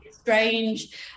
strange